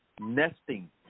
nesting